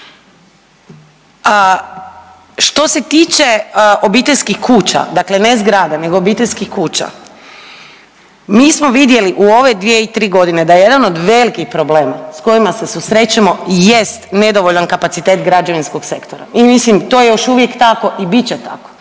Što se tiče obiteljskih kuća, dakle ne zgrada, nego obiteljskih kuća, mi smo vidjeli u ove 2 ili 3 godine da je jedan od veliki problem s kojima se susrećemo jest nedovoljan kapacitet građevinskog sektora i mislim to je još uvijek tako i bit će tako,